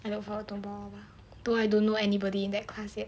I look forward to more though I don't know anybody in that class yet